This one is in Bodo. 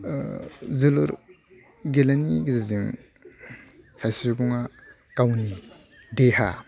जोलुर गेलेनायनि गेजेरजों सासे सुबुङा गावनि देहा